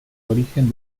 origen